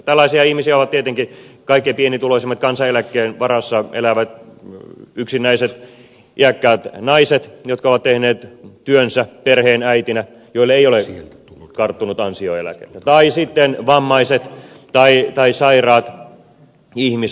tällaisia ihmisiä ovat tietenkin kaikkein pienituloisimmat kansaneläkkeen varassa elävät yksinäiset iäkkäät naiset jotka ovat tehneet työnsä perheenäitinä joille ei ole karttunut ansioeläkettä tai sitten vammaiset tai sairaat ihmiset